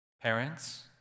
Parents